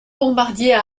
bombardier